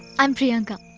i'm priyanka.